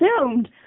assumed